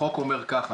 החוק אומר ככה,